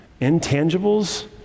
intangibles